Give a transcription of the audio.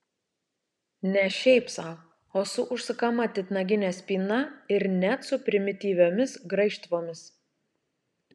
ne šiaip sau o su užsukama titnagine spyna ir net su primityviomis graižtvomis